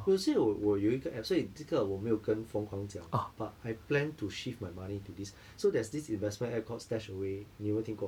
no 所以我我有一个 app 所以这个我没有跟 feng kuang 讲 but I plan to shift my money to this so there's this investment app called StashAway 你有没有听过